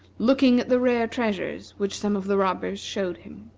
looking at the rare treasures which some of the robbers showed him.